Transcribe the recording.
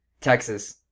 Texas